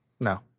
No